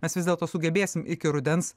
mes vis dėlto sugebėsim iki rudens